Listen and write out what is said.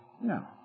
No